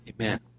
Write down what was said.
Amen